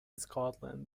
scotland